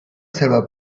selva